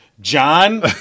John